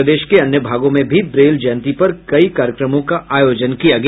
प्रदेश के अन्य भागों में भी ब्रेल जयंती पर कई कार्यक्रमों का आयोजन किया गया